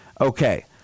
Okay